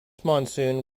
monsoon